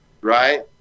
right